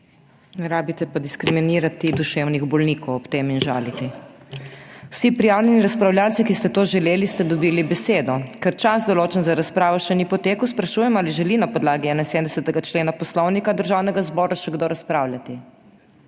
Ne rabite pa ob tem diskriminirati in žaliti duševnih bolnikov. Vsi prijavljeni razpravljavci, ki ste to želeli, ste dobili besedo. Ker čas, določen za razpravo, še ni potekel, sprašujem, ali želi na podlagi 71. člena Poslovnika Državnega zbora še kdo razpravljati.